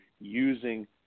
using